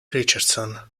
richardson